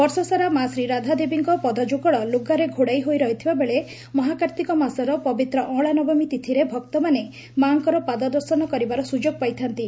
ବର୍ଷସାରା ମା ଶ୍ରୀରାଧା ଦେବୀଙ୍କ ପଦ ଯୁଗଳ ଲୁଗାରେ ଘୋଡ଼ାଇ ହୋଇ ରହିଥିବା ବେଳେ ମହାକାର୍ତ୍ତିକ ମାସର ପବିତ୍ର ଅଁଳା ନବମୀ ତିଥିରେ ଭକ୍ତମାନେ ମା' ଙ୍କର ପାଦ ଦର୍ଶନ କରିବାର ସୁଯୋଗ ପାଇଥାନ୍ତି